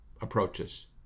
approaches